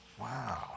Wow